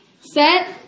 Set